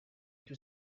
mais